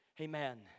Amen